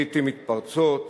לעתים מתפרצות,